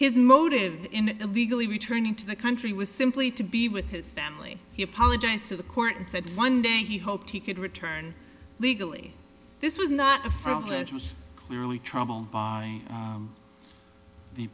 his motive in illegally returning to the country was simply to be with his family he apologized to the court and said one day he hoped he could return legally this was not a front this was clearly trouble